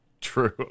true